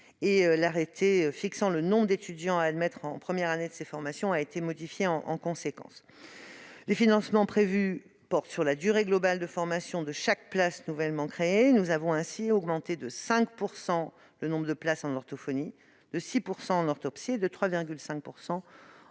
et l'arrêté fixant le nombre d'étudiants à admettre en première année de ces formations a été modifié en conséquence. De plus, les financements prévus portent sur la durée globale de formation de chaque place nouvellement créée. Nous avons ainsi augmenté de 5 % le nombre de places en orthophonie, de 6 % en orthoptie de 3,5